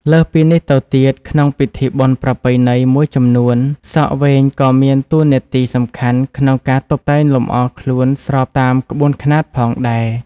លើសពីនេះទៅទៀត ក្នុងពិធីបុណ្យប្រពៃណីមួយចំនួន សក់វែងក៏មានតួនាទីសំខាន់ក្នុងការតុបតែងលម្អខ្លួនស្របតាមក្បួនខ្នាតផងដែរ។